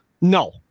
No